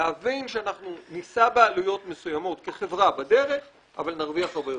להבין שאנחנו נישא בעלויות מסוימות כחברה בדרך אבל נרוויח הרבה יותר.